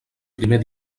primer